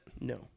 no